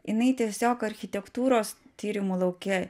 jinai tiesiog architektūros tyrimų lauke